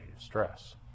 stress